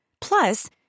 Plus